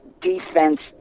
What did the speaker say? defense